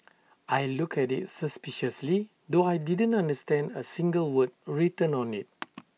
I looked at IT suspiciously though I didn't understand A single word written on IT